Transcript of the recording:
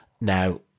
Now